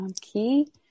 key